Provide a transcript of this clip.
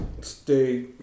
stay